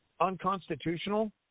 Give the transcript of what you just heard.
unconstitutional